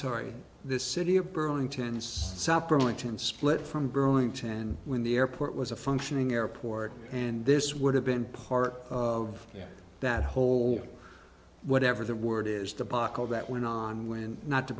sorry the city of burlington south burlington split from burlington when the airport was a functioning airport and this would have been part of that whole whatever that word is debacle that went on when not to